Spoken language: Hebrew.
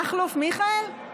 מכלוף מיכאל?